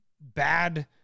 bad